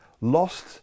lost